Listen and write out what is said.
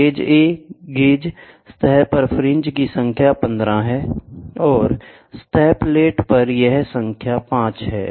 gauge A gauge सतह पर fringe की संख्या 15 है और सतह प्लेट पर यह संख्या 5 है